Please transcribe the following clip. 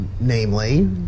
namely